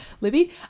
Libby